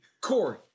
Corey